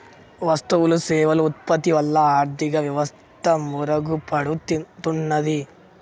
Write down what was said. వస్తువులు సేవలు ఉత్పత్తి వల్ల ఆర్థిక వ్యవస్థ మెరుగుపడుతున్నాది